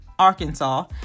Arkansas